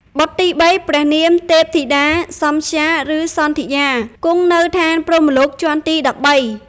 បុត្រទី៣ ព្រះនាម ទេពធីតាសំធ្យា ឬសន្ធិយា គង់នៅឋានព្រហ្មលោកជាន់ទី១៣ ។